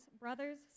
brothers